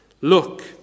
look